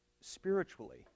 spiritually